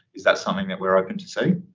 is that something that we're open to see?